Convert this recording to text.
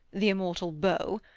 the immortal beau,